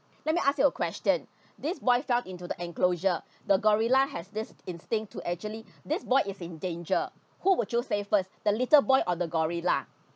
let me ask you a question this boy fell into the enclosure the gorilla has this instinct to actually this boy is endangered who would you save first the little boy on the gorilla